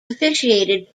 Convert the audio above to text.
officiated